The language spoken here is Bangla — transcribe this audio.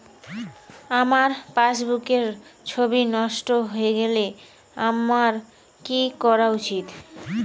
আমার পাসবুকের ছবি নষ্ট হয়ে গেলে আমার কী করা উচিৎ?